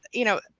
you know,